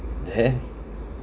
then